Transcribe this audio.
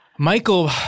Michael